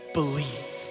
believe